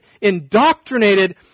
indoctrinated